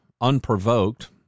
unprovoked